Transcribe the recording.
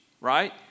right